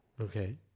Okay